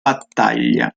battaglia